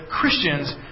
Christians